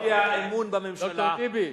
מספיק, חלאס, חלאס, חלאס.